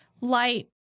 light